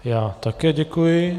Já také děkuji.